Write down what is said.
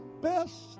best